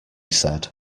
said